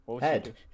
Head